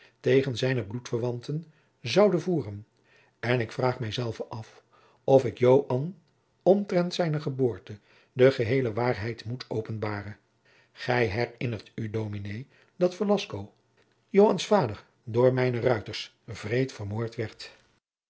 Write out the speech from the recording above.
tegen zijne bloedverwanten zoude voeren en ik vraag mij zelven af of ik joan omtrent zijne geboorte de geheele waarheid moet openbaren gij herinnert u dominé dat velasco joans vader door mijne ruiters wreed vermoord